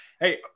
Hey